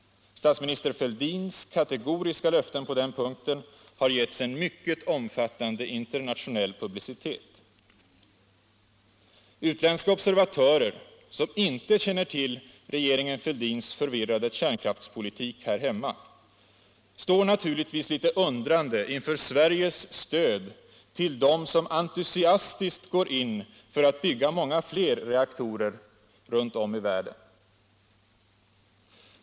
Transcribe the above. Statsminister Fälldins kategoriska löften på den punkten har getts en mycket omfattande internationell publicitet. Utländska observatörer som inte känner till regeringen Fälldins förvirrade kärnkraftspolitik här hemma står naturligtvis litet undrande inför Sveriges stöd till dem som entusiastiskt går in för att bygga många fler reaktorer runt om i världen.